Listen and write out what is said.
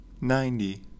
Ninety